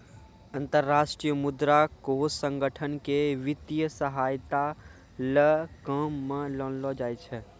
अन्तर्राष्ट्रीय मुद्रा कोष संगठन क वित्तीय सहायता ल काम म लानलो जाय छै